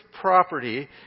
property